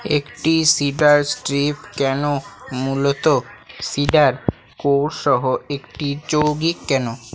একটি cedar strip কেন মূলত সিডার একটি যৌগিক কেন